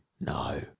No